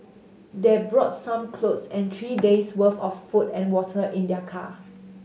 they brought some clothes and three days' worth of food and water in their car